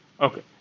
Okay